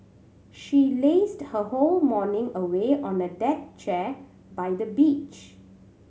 she lazed her whole morning away on a deck chair by the beach